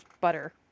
butter